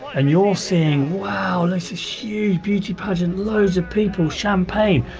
and you're seeing, wow, there's this huge beauty pageant, loads of people, champagne.